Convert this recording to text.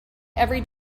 every